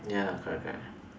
ya correct correct correct